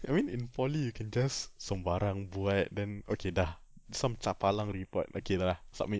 I mean in poly you can just sembarang buat then okay dah some chapalang report okay dah submit